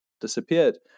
disappeared